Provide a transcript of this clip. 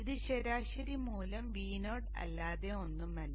ഇത് ശരാശരി മൂല്യം Vo അല്ലാതെ ഒന്നുമല്ല